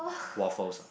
waffles ah